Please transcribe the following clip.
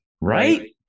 right